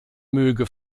möge